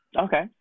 Okay